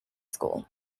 school